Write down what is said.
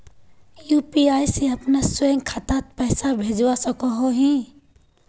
UPI से अपना स्वयं खातात पैसा भेजवा सकोहो ही?